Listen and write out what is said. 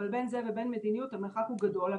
אבל בין זה לבין מדיניות המרחק הוא גדול.